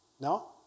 No